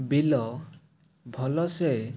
ବିଲ ଭଲସେ